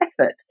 effort